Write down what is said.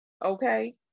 Okay